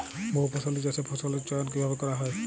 বহুফসলী চাষে ফসলের চয়ন কীভাবে করা হয়?